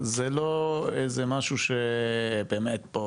זה לא איזה משהו שבאמת פה